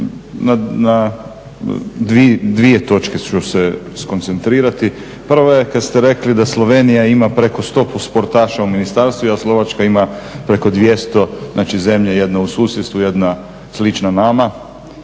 na dvije točke ću se skoncentrirati. Prva je kad ste rekli da Slovenija ima preko 100 sportaša u ministarstvu a Slovačka ima preko 200, znači zemlje jedna u susjedstvu jedna slična nama,